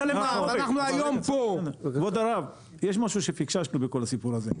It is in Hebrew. יש משהו שפקששנו בכל הסיפור הזה.